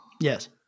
Yes